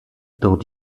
dans